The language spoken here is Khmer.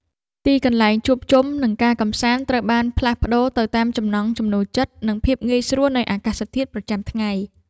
ទីកន្លែងជួបជុំ និងការកម្សាន្តត្រូវបានផ្លាស់ប្តូរទៅតាមចំណង់ចំណូលចិត្ត និងភាពងាយស្រួលនៃអាកាសធាតុប្រចាំថ្ងៃ។